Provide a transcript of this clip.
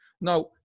now